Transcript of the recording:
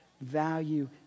value